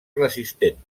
resistent